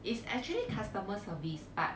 it's actually customer service but